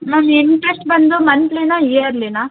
ma'am interest ಬಂದು ಮಂತ್ಲಿನ ಇಯರ್ಲಿನ